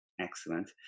Excellent